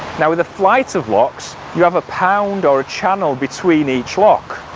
now in the flight of locks you have a pound or a channel between each lock.